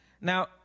Now